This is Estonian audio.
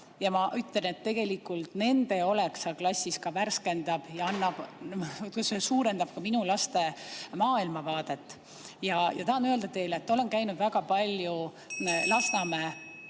Ja ma ütlen, et tegelikult nende olek seal klassis värskendab ja laiendab ka minu laste maailmavaadet. Tahan öelda teile, et olen käinud ka väga palju Lasnamäe